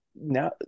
now